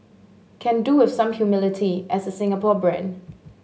can do with some humility as a Singapore brand